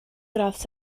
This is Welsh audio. gradd